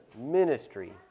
ministry